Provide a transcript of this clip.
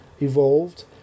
evolved